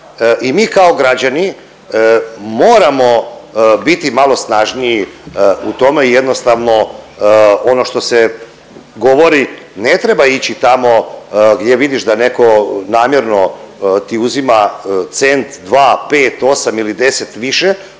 i mi kao građani moramo biti malo snažniji u tome i jednostavno ono što se govori ne treba ići tamo gdje vidiš da neko namjerno ti uzima cent, dva, pet, osam ili deset i više,